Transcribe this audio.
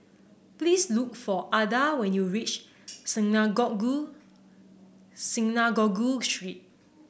please look for Adda when you reach Synagogue Synagogue Street